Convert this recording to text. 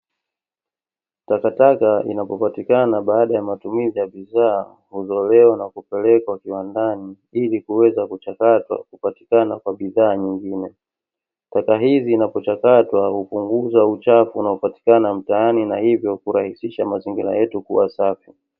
Takataka inapopatikana baada ya matumizi ya bidhaa, huzolewa na kupelekwa kwandani ili kuweza kuchakatwa kupatikana kwa bidhaa nyingine. Taka hizi zinapochakatwa hupunguza uchafu unaopatikana mtaani na hivyo kurahisha mazingira yetu kuwa safi.